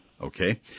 okay